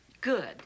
Good